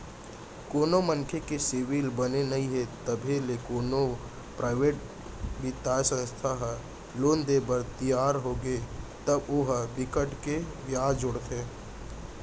कोनो मनसे के सिविल बने नइ हे तभो ले कोनो पराइवेट बित्तीय संस्था ह लोन देय बर तियार होगे तब ओ ह बिकट के बियाज जोड़थे